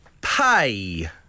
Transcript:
Pay